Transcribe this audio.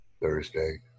Thursday